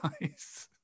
nice